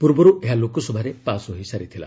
ପୂର୍ବରୁ ଏହା ଲୋକସଭାରେ ପାସ୍ ହୋଇସାରିଥିଲା